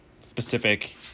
specific